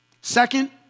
Second